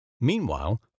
Meanwhile